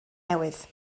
newydd